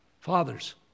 Fathers